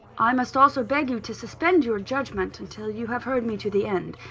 i must also beg you to suspend your judgment until you have heard me to the end.